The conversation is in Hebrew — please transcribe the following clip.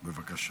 בבקשה.